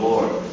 Lord